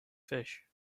fish